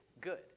good